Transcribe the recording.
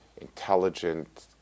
intelligent